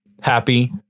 Happy